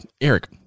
Eric